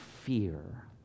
fear